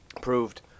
proved